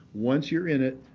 once you're in it,